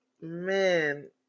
Man